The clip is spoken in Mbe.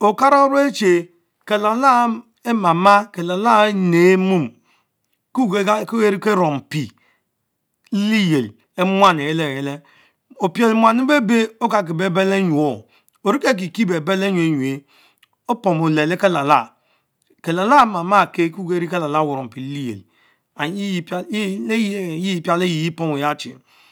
Okara once- chie kelalah emama kelalah enen mom bue kee ne Kenimpice le-legiel en muan leyele levelen oprel muan lebebe okake bebel anquor orieke kikie bebel anyenynch opomnleh le Kelah lah kelalah ahh mama eken keukene kelalah burumpie le lieyiel and, leyeheh yie yi pomuya сhi.